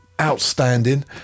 outstanding